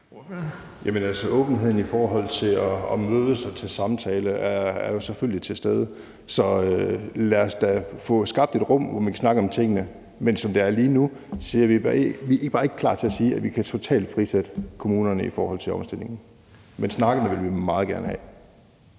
Åbenheden i forhold til at mødes og tage samtaler er selvfølgelig til stede. Så lad os da få skabt et rum, hvor man kan snakke om tingene, men som det er lige nu, er vi bare ikke klar til at sige, at vi totalt kan frisætte kommunerne i forhold til omstillingen. Men snakkene vil vi meget gerne have.